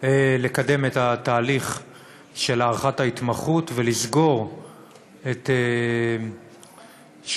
לקדם את התהליך של הארכת ההתמחות ולסגור את שוק